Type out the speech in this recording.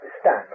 stand